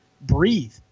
breathe